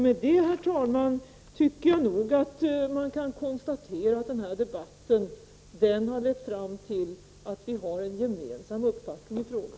Med detta, herr talman, tycker jag nog att vi kan konstatera att den här debatten visat att vi har en gemensam uppfattning i frågan.